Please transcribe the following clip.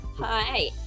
hi